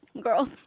girl